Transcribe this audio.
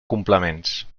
complements